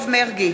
מרגי,